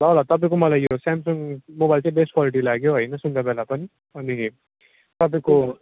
ल ल तपाईँको मलाई यो स्यामसङ मोबाइल चाहिँ बेस्ट क्वालिटी लाग्यो होइन सुन्दाबेला पनि अनि तपाईँको